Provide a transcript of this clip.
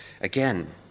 again